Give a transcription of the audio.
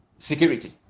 Security